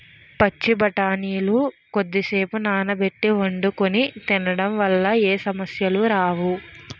పచ్చి బఠానీలు కొద్దిసేపు నానబెట్టి వండుకొని తినడం వల్ల ఏ సమస్యలు రావు